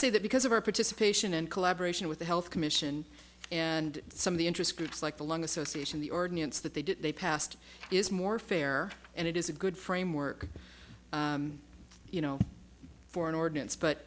say that because of our participation and collaboration with the health commission and some of the interest groups like the lung association the ordinance that they did they passed is more fair and it is a good framework for an ordinance but